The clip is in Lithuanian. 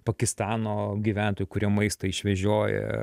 pakistano gyventojų kurie maistą išvežioja